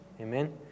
Amen